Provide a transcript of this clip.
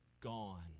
gone